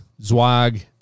Zwag